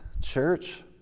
church